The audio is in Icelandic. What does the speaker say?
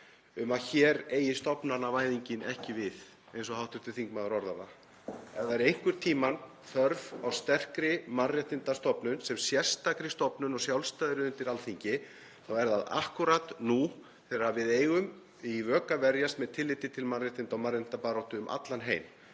um að hér eigi stofnanavæðingin ekki við, eins og hv. þingmaður orðaði það. Ef það er einhvern tímann þörf á sterkri mannréttindastofnun sem sérstakri stofnun og sjálfstæðri undir Alþingi þá er það akkúrat nú þegar við eigum í vök að verjast með tilliti til mannréttinda og mannréttindabaráttu um allan heim.